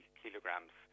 kilograms